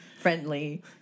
friendly